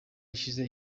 ishize